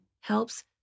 helps